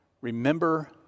Remember